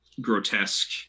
grotesque